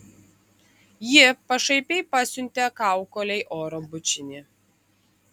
ji pašaipiai pasiuntė kaukolei oro bučinį